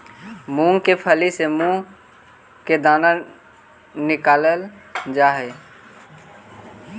मूंग के फली से मुंह के दाना निकालल जा हई